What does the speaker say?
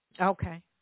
Okay